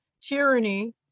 tyranny